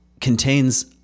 contains